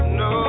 no